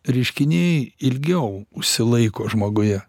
reiškiniai ilgiau užsilaiko žmoguje